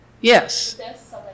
Yes